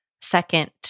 second